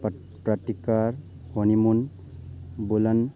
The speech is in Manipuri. ꯄ꯭ꯔꯇꯤꯀꯥꯔ ꯍꯣꯅꯤꯃꯨꯟ ꯕꯨꯂꯟ